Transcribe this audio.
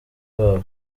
bwabo